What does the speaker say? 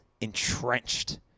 entrenched